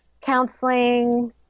counseling